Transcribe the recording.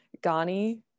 Ghani